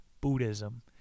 buddhism